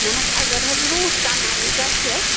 نہٕ حظ اَگر حظ روٗٹ کَنالٕے گژھِہَس